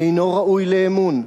אינו ראוי לאמון.